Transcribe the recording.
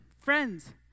friends